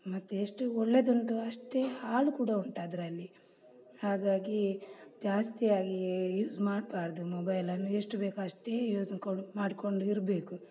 ಮತ್ತೆಷ್ಟು ಒಳ್ಳೆಯದುಂಟು ಅಷ್ಟೇ ಹಾಳು ಕೂಡ ಉಂಟದರಲ್ಲಿ ಹಾಗಾಗಿ ಜಾಸ್ತಿಯಾಗಿ ಯೂಸ್ ಮಾಡಬಾರ್ದು ಮೊಬೈಲನ್ನು ಎಷ್ಟು ಬೇಕೋ ಅಷ್ಟೇ ಯೂಸ್ ಕೊಂಡು ಮಾಡಿಕೊಂಡು ಇರಬೇಕು